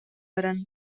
баран